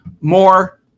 more